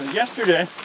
yesterday